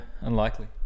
unlikely